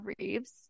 reeves